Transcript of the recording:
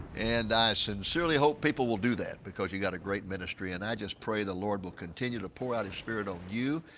and i sincerely hope people will do that because you have a great ministry. and i just pray the lord will continue to pour out his spirit on you,